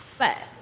but,